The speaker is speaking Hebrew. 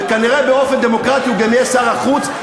וכנראה, באופן דמוקרטי, הוא גם יהיה שר החוץ.